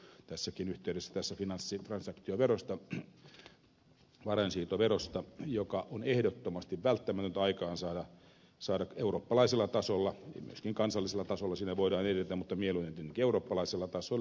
täällä on paljon puhuttu tässäkin yhteydessä tästä finanssitransaktioverosta varainsiirtoverosta joka on ehdottomasti välttämätön aikaansaada eurooppalaisella tasolla ja myöskin kansallisella tasolla siinä voidaan edetä mutta mieluummin tietenkin eurooppalaisella tasolla